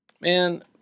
Man